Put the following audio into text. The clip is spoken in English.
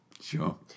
Sure